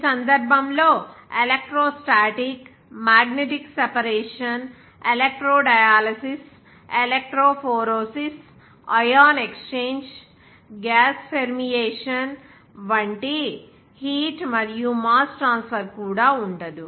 ఈ సందర్భంలో electrostatic magnetic separation electrodialysis electrophoresis ion exchange gas permeation వంటి heat మరియు మాస్ ట్రాన్స్ఫర్ కూడా ఉండదు